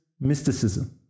mysticism